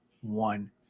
one